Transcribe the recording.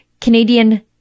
Canadian